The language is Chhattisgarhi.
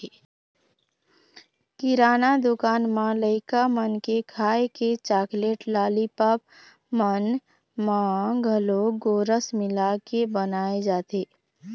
किराना दुकान म लइका मन के खाए के चाकलेट, लालीपॉप मन म घलोक गोरस मिलाके बनाए जाथे